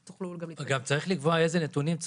אגב, צריך לקבוע איזה נתונים.